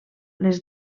les